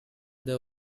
there